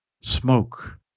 smoke